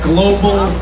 Global